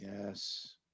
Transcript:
yes